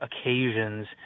occasions